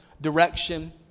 direction